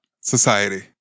Society